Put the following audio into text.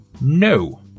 No